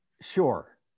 sure